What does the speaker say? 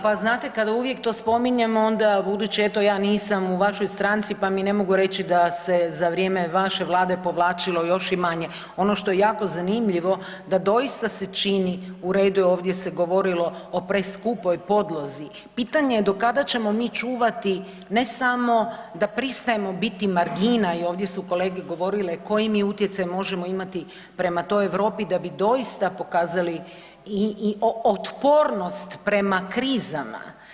Pa znate kada uvijek to spominjemo onda budući eto ja nisam u vašoj stranci pa mi ne mogu reći da se za vrijeme vaše vlade povlačilo još i manje, ono što je jako zanimljivo da doista se čini, u redu ovdje se govorilo o preskupoj podlozi, pitanje je do kada ćemo mi čuvati ne samo da pristajemo biti margina i ovdje su kolege govorile koji mi utjecaj možemo imati prema toj Europi da bi doista pokazali i otpornost prema krizama.